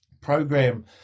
program